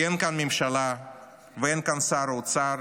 כי אין כאן ממשלה ואין כאן שר אוצר